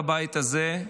בבית הזה,